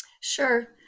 Sure